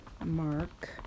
Mark